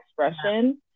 expression